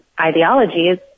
ideologies